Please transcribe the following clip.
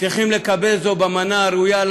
צריכים לקבל זאת במנה הראויה,